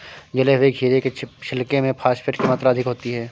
जले हुए खीरे के छिलके में फॉस्फेट की मात्रा अधिक होती है